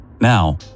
Now